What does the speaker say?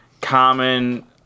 common